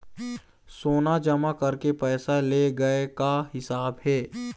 सोना जमा करके पैसा ले गए का हिसाब हे?